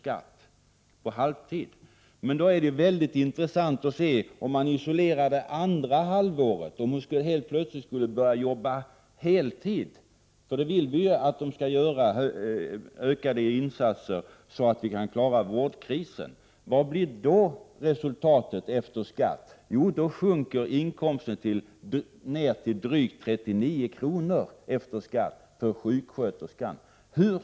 i timmen. Men om man isolerar det andra halvåret, dvs. om hon helt plötsligt skulle börja arbeta på heltid — och vi vill ju ha ökade insatser för att klara vårdkrisen — då är det intressant att se vad resultatet blir efter skatt. Jo, då sjunker inkomsten per timme för denna sjuksköterska till drygt 39 kr. efter skatt.